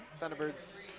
Thunderbirds